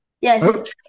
yes